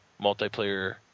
multiplayer